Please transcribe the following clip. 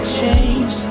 change